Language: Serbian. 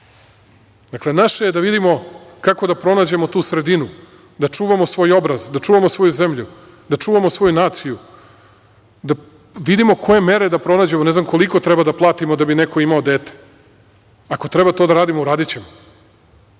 naše je da vidimo kako da pronađemo tu sredinu, da čuvamo svoj obraz, da čuvamo svoju zemlju, da čuvamo svoju naciju, da vidimo koje mere da pronađemo. Ne znam koliko da platimo da bi neko imao dete. Ako treba to da radimo, uradićemo,